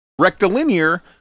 Rectilinear